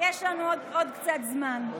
יש לנו עוד קצת זמן.